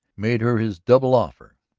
made her his double offer.